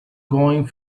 going